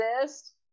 exist